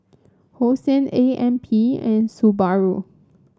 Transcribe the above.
Hosen A M P and Subaru